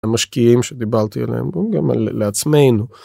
המשקיעים שדיברתי עליהם גם לעצמנו.